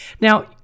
Now